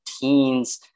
teens